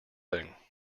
thing